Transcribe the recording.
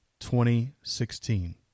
2016